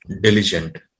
diligent